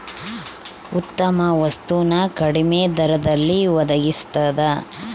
ಉತ್ತಮ ವಸ್ತು ನ ಕಡಿಮೆ ದರದಲ್ಲಿ ಒಡಗಿಸ್ತಾದ